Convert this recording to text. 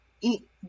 eat